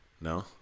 No